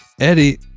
eddie